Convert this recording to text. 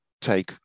take